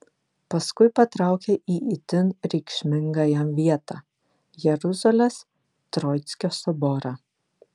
paskui patraukė į itin reikšmingą jam vietą jeruzalės troickio soborą